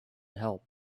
help